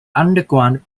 underground